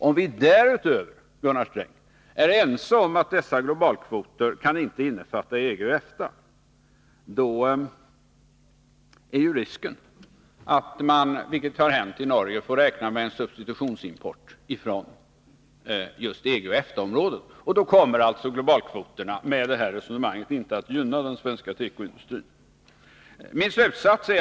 Om vi därutöver, Gunnar Sträng, är ense om att dessa globalkvoter inte kan innefatta EG och EFTA är risken, vilket har hänt i Norge, att vi får räkna med en substitutionsimport från just EG och EFTA-området. Då kommer globalkvoterna — med detta resonemang — inte att gynna den svenska tekoindustrin.